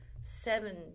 seven